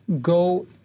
go